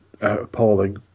appalling